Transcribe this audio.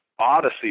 odyssey